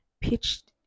pitched